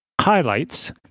highlights